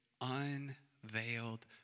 unveiled